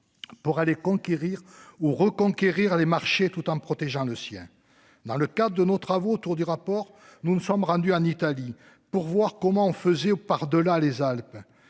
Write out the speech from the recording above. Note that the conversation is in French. Pour aller conquérir ou reconquérir les marchés tout en protégeant le sien dans le cadre de nos travaux autour du rapport, nous ne sommes rendus en Italie pour voir comment on faisait au par-delà les Alpes.